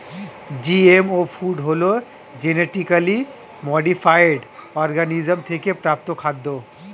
GMO food হলো genetically modified organism থেকে প্রাপ্ত খাদ্য